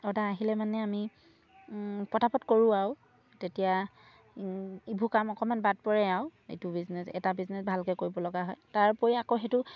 order আহিলে মানে আমি পটাপট কৰোঁ আৰু তেতিয়া ইবোৰ কাম অকণমান বাট পৰে আৰু এইটো বিজনেছ এটা বিজনেছ ভালকৈ কৰিব লগা হয় তাৰ উপৰি আকৌ সেইটো